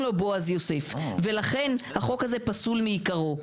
לו בועז יוסף ולכן החוק הזה פסול מעיקרו.